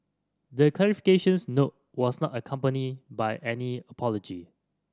the clarifications note was not accompanied by any apology